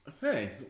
Hey